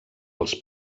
els